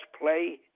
play